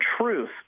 truth